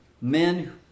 men